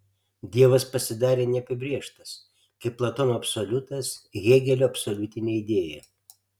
dievas pasidarė neapibrėžtas kaip platono absoliutas hėgelio absoliutinė idėja